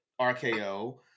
RKO